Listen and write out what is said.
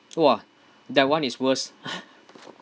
!wah! that one is worse